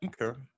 Okay